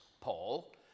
Paul